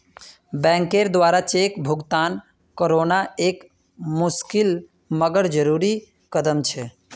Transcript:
बैंकेर द्वारा चेक भुगतान रोकना एक मुशिकल मगर जरुरी कदम छे